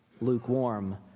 Lukewarm